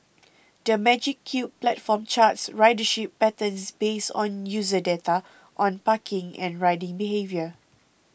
the Magic Cube platform charts ridership patterns based on user data on parking and riding behaviour